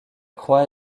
croix